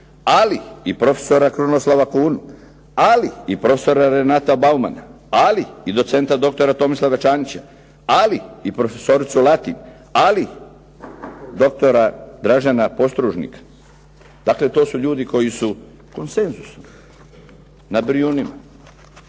ali i profesora Krunoslava Kunu, ali i profesora Renata Baumanna, ali i docenta doktora Tomislava Čanića, ali i profesoricu Latin, ali doktora Dražena Postružnika. Dakle, to su ljudi koji su konsenzus na Brijunima,